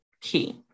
key